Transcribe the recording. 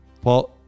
Paul